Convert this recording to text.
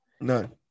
None